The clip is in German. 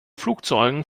flugzeugen